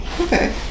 okay